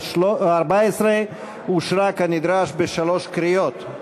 44), התשע"ד 2014, אושרה כנדרש בשלוש קריאות.